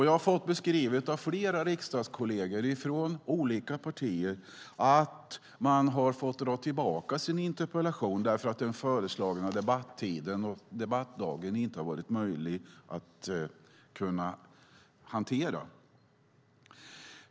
Jag har fått beskrivet av flera riksdagskolleger från olika partier att man har fått dra tillbaka sin interpellation därför att den föreslagna debattiden och debattdagen inte har varit hanterbara.